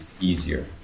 easier